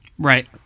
Right